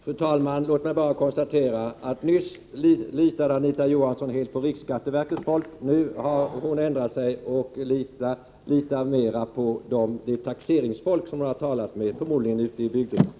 Fru talman! Låt mig bara konstatera att nyss litade Anita Johansson helt på riksskatteverkets folk men att hon nu har ändrat sig och mera litar på det taxeringsfolk som hon talat med, förmodligen ute i bygderna.